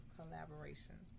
collaboration